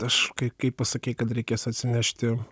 aš kai kai pasakei kad reikės atsinešti